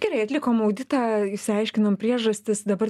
gerai atlikom auditą išsiaiškinom priežastis dabar